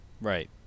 Right